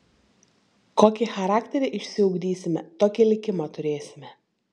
kokį charakterį išsiugdysime tokį likimą turėsime